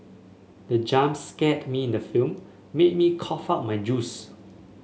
the jump scared me in the film made me cough out my juice